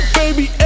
baby